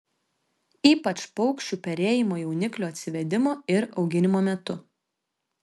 ypač paukščių perėjimo jauniklių atsivedimo ir auginimo metu